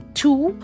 two